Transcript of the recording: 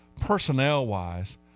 personnel-wise